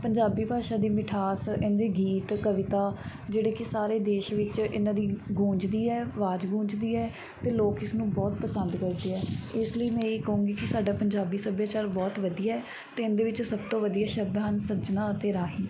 ਪੰਜਾਬੀ ਭਾਸ਼ਾ ਦੀ ਮਿਠਾਸ ਇਹਦੇ ਗੀਤ ਕਵਿਤਾ ਜਿਹੜੇ ਕਿ ਸਾਰੇ ਦੇਸ਼ ਵਿੱਚ ਇਹਨਾਂ ਦੀ ਗੂੰਜਦੀ ਹੈ ਅਵਾਜ਼ ਗੂੰਜਦੀ ਹੈ ਅਤੇ ਲੋਕ ਇਸਨੂੰ ਬਹੁਤ ਪਸੰਦ ਕਰਦੇ ਹੈ ਇਸ ਲਈ ਮੈਂ ਇਹ ਕਹੂੰਗੀ ਕਿ ਸਾਡਾ ਪੰਜਾਬੀ ਸੱਭਿਆਚਾਰ ਬਹੁਤ ਵਧੀਆ ਅਤੇ ਇਹਦੇ ਵਿੱਚ ਸਭ ਤੋਂ ਵਧੀਆ ਸ਼ਬਦ ਹਨ ਸੱਜਣਾ ਅਤੇ ਰਾਹੀ